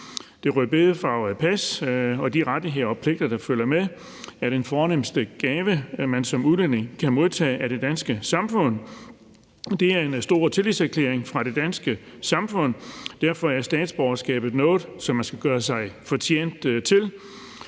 Det rødbedefarvede pas og de rettigheder og pligter, der følger med, er den fornemste gave, man som udlænding kan modtage fra det danske samfund. Det er en stor tillidserklæring fra det danske samfund. Derfor er statsborgerskab noget, som man skal gøre sig fortjent til.